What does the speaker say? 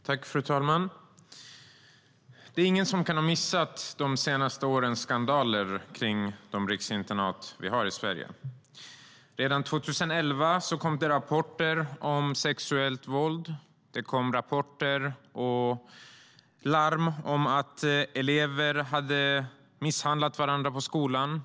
Fru talman! Ingen kan ha missat de senaste årens skandaler kring de riksinternat vi har i Sverige. Redan 2011 kom rapporter om sexuellt våld. Det kom rapporter och larm om att elever hade misshandlat varandra på skolan.